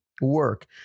work